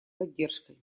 поддержкой